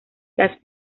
las